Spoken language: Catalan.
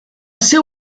seu